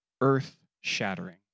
earth-shattering